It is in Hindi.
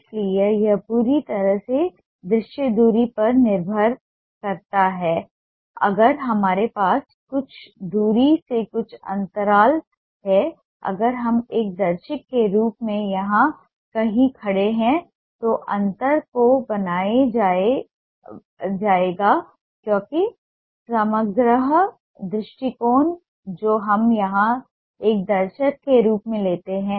इसलिए यह पूरी तरह से दृश्य दूरी पर निर्भर करता है अगर हमारे पास कुछ दूरी से कुछ अंतराल हैं अगर हम एक दर्शक के रूप में यहां कहीं खड़े हैं तो अंतर को बनाया जाएगा क्योंकि समग्र दृष्टिकोण जो हम यहां एक दर्शक के रूप में लेते हैं